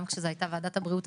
גם כשזו הייתה ועדת הבריאות,